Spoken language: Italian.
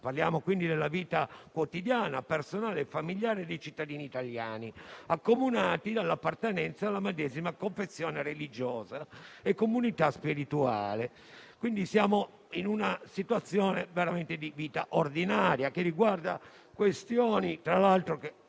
e quindi la vita quotidiana, personale e familiare dei cittadini italiani, accomunati dall'appartenenza alla medesima confessione religiosa e comunità spirituale. Siamo quindi in una situazione di vita ordinaria che riguarda questioni che hanno